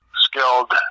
skilled